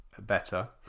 better